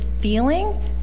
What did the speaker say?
feeling